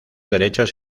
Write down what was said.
derechos